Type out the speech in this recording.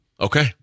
Okay